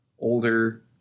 older